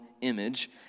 image